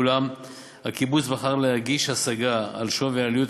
אולם הקיבוץ בחר להגיש השגה על שווי עלויות